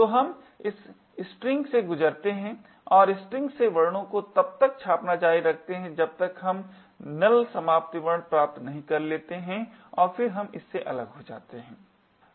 तो हम इस स्ट्रिंग से गुजरते हैं और स्ट्रिंग से वर्णों को तब तक छापना जारी रखते हैं जब तक हम नल समाप्ति वर्ण प्राप्त नहीं करते हैं और फिर हम इस से अलग हो जाते हैं